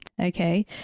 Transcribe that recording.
okay